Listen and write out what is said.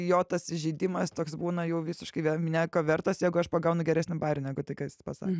jo tas įžeidimas toks būna jau visiškai nieko vertas jeigu aš pagaunu geresnį bajerį negu tai ką jis pasako